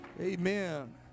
Amen